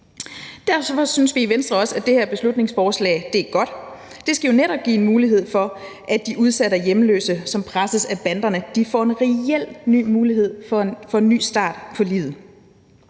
Derfor synes vi også i Venstre, at det her beslutningsforslag er godt, for det skal jo netop give en mulighed for, at de udsatte og hjemløse, som presses af banderne, får en reel ny mulighed for en ny start på livet.